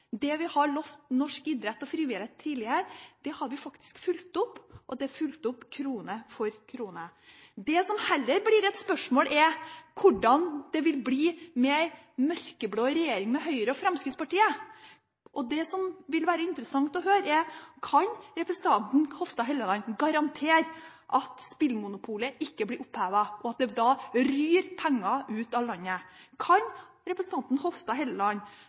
det som eksempel på at regjeringen og Arbeiderpartiet er til å stole på. Det vi har lovt norsk idrett og frivillighet tidligere, har vi faktisk fulgt opp, og det er fulgt opp krone for krone. Det som heller blir et spørsmål, er: Hvordan vil det bli med en mørkeblå regjering med Høyre og Fremskrittspartiet? Det som vil være interessant å høre, er: Kan representanten Hofstad Helleland garantere at spillmonopolet ikke blir opphevet, slik at det